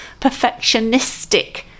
perfectionistic